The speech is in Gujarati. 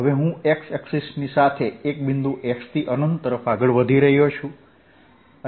હવે હું X અક્ષની સાથે એક બિંદુ x થી અનંત તરફ આગળ વધી રહ્યો છું